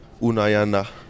Unayana